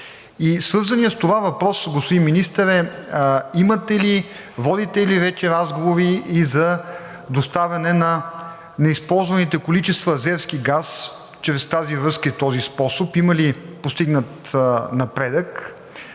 Свързаният с това въпрос, господин Министър, е: водите ли вече разговори и за доставяне на неизползваните количества азерски газ чрез тази връзка и този способ? Има ли постигнат напредък,